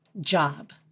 job